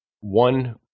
one